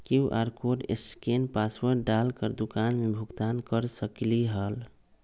QR code scan password डाल कर दुकान में भुगतान कर सकलीहल?